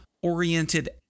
oriented